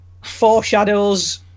foreshadows